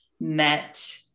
met